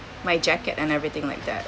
my jacket and everything like that